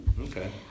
Okay